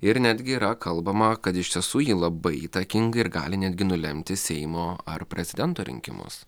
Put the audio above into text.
ir netgi yra kalbama kad iš tiesų ji labai įtakinga ir gali netgi nulemti seimo ar prezidento rinkimus